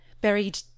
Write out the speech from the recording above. Buried